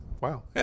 wow